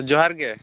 ᱡᱚᱦᱟᱨ ᱜᱮ